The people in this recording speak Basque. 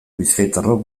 bizkaitarrok